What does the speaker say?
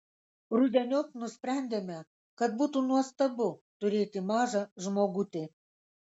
rudeniop nusprendėme kad būtų nuostabu turėti mažą žmogutį